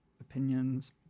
opinions